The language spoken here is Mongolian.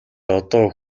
одоо